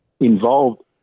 involved